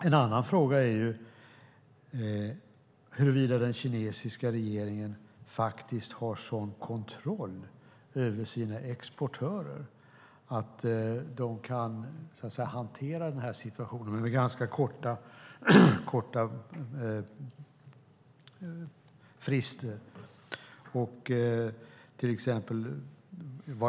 En annan fråga är huruvida den kinesiska regeringen faktiskt har sådan kontroll över sina exportörer att den kan hantera situationen med ganska korta frister.